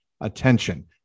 attention